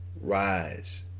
rise